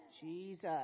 Jesus